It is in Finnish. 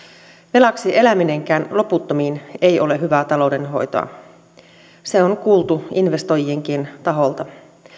velaksi eläminenkään loputtomiin ei ole hyvää taloudenhoitoa se on kuultu investoijienkin taholta